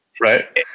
Right